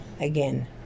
Again